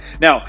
Now